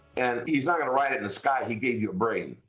and he's not going to write it in the sky, he gave you a brain.